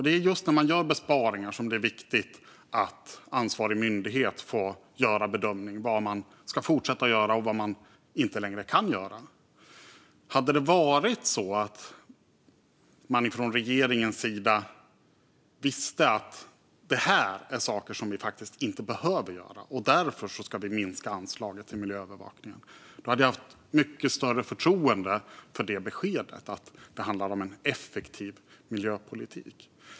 Det är just när man gör besparingar som det är viktigt att ansvarig myndighet får göra bedömningen av vad man ska fortsätta göra och vad man inte längre kan göra. Om regeringen visste att man inte behövde göra vissa saker och därför minskar anslaget till miljöövervakningen hade jag känt mycket större förtroende för ett sådant besked än att det skulle handla om en effektiv miljöpolitik.